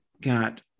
got